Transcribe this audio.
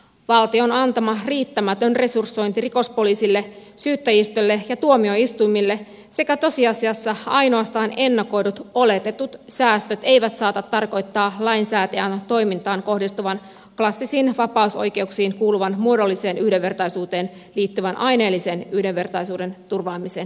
valtion antama riittämätön resursointi rikospoliisille syyttäjistölle ja tuomioistuimille sekä tosiasiassa ainoastaan ennakoidut oletetut säästöt eivät saata tarkoittaa lainsäätäjän toimintaan kohdistuvan klassisiin vapausoikeuksiin kuuluvan muodolliseen yhdenvertaisuuteen liittyvän aineellisen yhdenvertaisuuden turvaamisen ohittamista